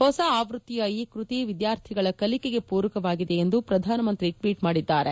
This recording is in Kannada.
ಹೊಸ ಆವೃತ್ತಿಯ ಈ ಕೃತಿ ವಿದ್ಗಾರ್ಥಿಗಳ ಕಲಿಕೆಗೆ ಪೂರಕವಾಗಿದೆ ಎಂದು ಪ್ರಧಾನಮಂತ್ರಿ ಟ್ಲೀಟ್ ಮಾಡಿದ್ದಾರೆ